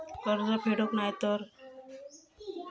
कर्ज फेडूक नाय तर?